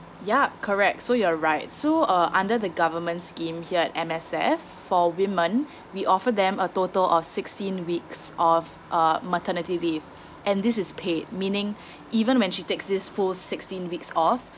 yup correct so you're right so uh under the government scheme here at M_S_F for women we offer them a total of sixteen weeks of uh maternity leave and this is paid meaning even when she takes this full sixteen weeks off